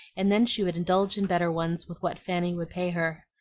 and then she would indulge in better ones with what fanny would pay her.